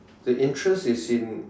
the interest is in